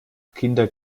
kinder